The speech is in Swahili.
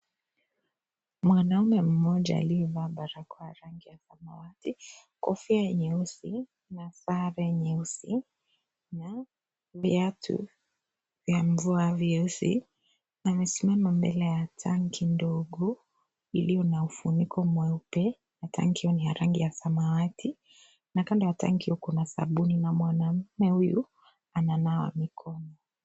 Mwanamume mmoja aliyevaa barakoa rangi ya samawati, kofia nyeusi na sare nyeusi na viatu ya mvua vyeusi na amesimama mbele ya tanki ndogo iliyo na ufuniko mweupe na tanki hiyo ni ya rangi ya samawati na kando ya tanki hiyo kuna sabuni na mwanaume huyu ananawa mikono.